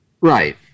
Right